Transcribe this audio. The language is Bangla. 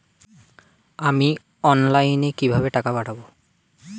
আমি অনলাইনে কিভাবে টাকা পাঠাব?